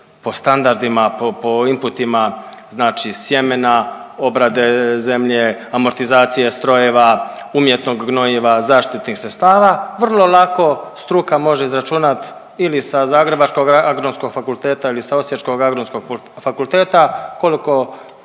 po standardima, po po inputima znači sjemena, obrade zemlje, amortizacije strojeva, umjetnog gnojiva, zaštitnih sredstava, vrlo lako struka može izračunat ili sa zagrebačkog Agronomskog fakulteta ili sa osječkom Agronomskog fakulteta koliko